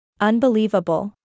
Unbelievable